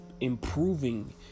Improving